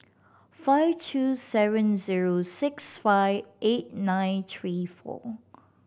five three seven zero six five eight nine three four